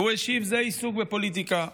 והוא השיב: זה עיסוק בפוליטיקה,